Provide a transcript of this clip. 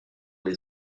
des